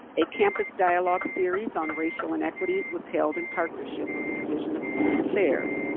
a campus dialogue series on racial inequities was held in partnership with the division of student affairs.